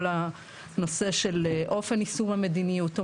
כל הנושא של אופן יישום המדיניות או